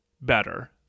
better